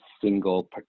single